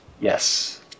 Yes